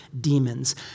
demons